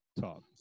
talk